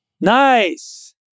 Nice